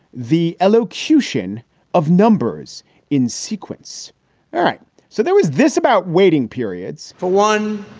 the elocution of numbers in sequence. all right so there was this about waiting periods for one,